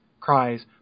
cries